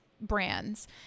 brands